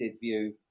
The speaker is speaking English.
view